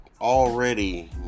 already